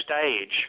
stage